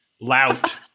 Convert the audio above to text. lout